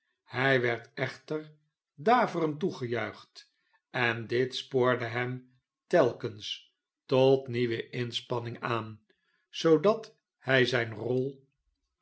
hij werd echter daverend toegejuicht en dit spoorde hem telkens tot nieuwe jozef grimaldi inspanning aan zoodat hy zijne rol